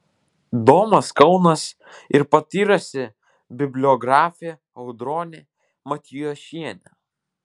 domas kaunas ir patyrusi bibliografė audronė matijošienė